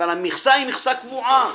אבל המכסה היא מכסה קבועה.